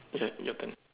your your turn